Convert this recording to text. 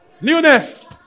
Newness